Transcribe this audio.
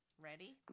Ready